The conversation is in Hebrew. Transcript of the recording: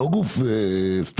לא גוף סתם,